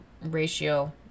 ratio